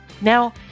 Now